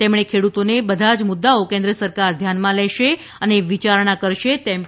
તેમણે ખેડૂતોને બધા જ મુદ્દાઓ કેન્દ્ર સરકાર ધ્યાનમાં લેશે અને વિચારણા કરશે તેમ જણાવ્યું હતું